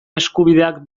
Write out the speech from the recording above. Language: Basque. eskubideak